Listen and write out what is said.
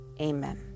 amen